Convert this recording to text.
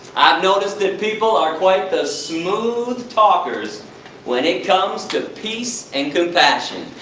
noticed that people are quite the smooth talkers when it comes to peace and compassion.